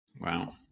Wow